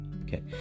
Okay